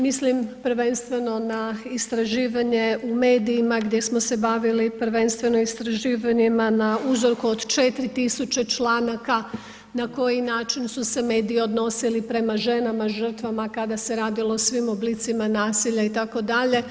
Mislim prvenstveno na istraživanje u medijima gdje smo se bavili prvenstveno istraživanja na uzorku od 4000 članaka na koji način su se mediji odnosili prema ženama žrtvama kad se radilo o svim oblicima naselja itd.